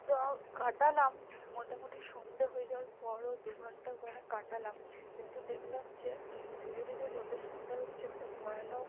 তো কাটালাম মোটামুটি সন্ধ্যে হয়ে যাওয়ার পরও দু ঘণ্টা ওখানে কাটালাম কিন্তু দেখলাম যে ধীরে ধীরে যত সন্ধ্যে হচ্ছে একটা ভয়ানক